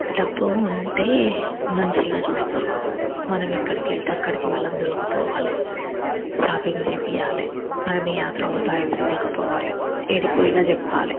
డబ్బు ఉంటే మంచిగా చూస్తారు మనం ఎక్కడికెళ్తే అక్కడికి వాళ్ళను తొలుకుపోవాలి షాపింగ్ చేపియాలి మనం ఏ యాత్రకు పోతే ఆ యాత్రకు తోలుకుపోవాలి ఏడికిపోయినా చెప్పాలి